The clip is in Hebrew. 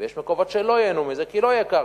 ויש מקומות שלא ייהנו מזה כי לא תהיה קרקע.